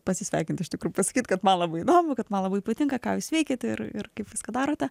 pasisveikint iš tikrųjų pasakyt kad man labai įdomu kad man labai patinka ką jūs veikiate ir ir kaip viską darote